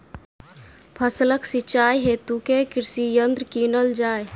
फसलक सिंचाई हेतु केँ कृषि यंत्र कीनल जाए?